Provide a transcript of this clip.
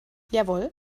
jawohl